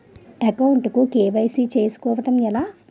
Account కు KYC చేసుకోవడం ఎలా?